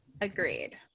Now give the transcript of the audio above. Agreed